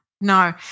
no